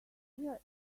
here